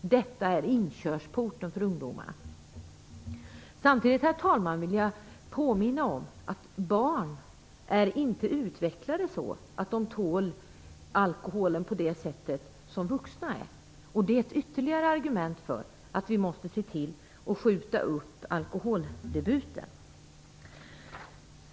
Detta är inkörsporten för ungdomarna. Herr talman! Samtidigt vill jag påminna om att barn inte är utvecklade så att de tål alkohol på samma sätt som vuxna. Det är ytterligare ett argument för att vi måste skjuta upp alkoholdebuten.